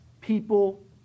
people